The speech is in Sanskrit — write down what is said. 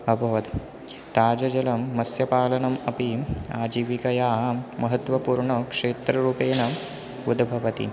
अभवत् ताजजलं मत्स्यपालनम् अपि आजीविकयां महत्वपूर्णक्षेत्ररूपेण उद्भवति